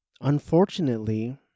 unfortunately